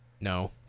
No